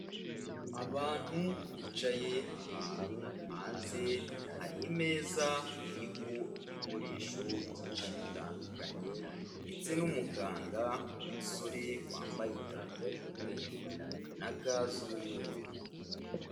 Abantu bicaye ahantu hanze hari imeza iriho ibikoresho byinshi bitandukanye ndetse n'umuganga w'umusore wambaye itaburiya y'umweru na ga z'umweru.